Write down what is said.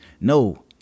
No